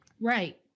Right